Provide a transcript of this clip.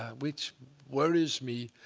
which worries me.